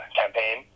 campaign